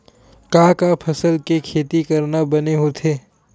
का का फसल के खेती करना बने होथे?